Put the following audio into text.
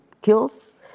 kills